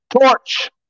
Torch